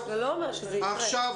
שזה יותר כיתה וירטואלית,